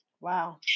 Wow